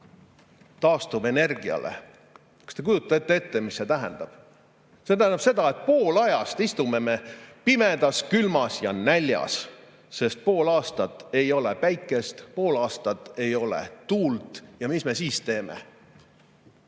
taastuvenergiale. Kas te kujutate ette, mida seda tähendab? See tähendab seda, et pool ajast istume me pimedas, külmas ja näljas, sest pool aastat ei ole päikest, pool aastat ei ole tuult. Ja mis me siis teeme?